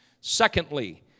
Secondly